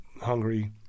hungry